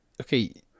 okay